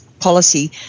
policy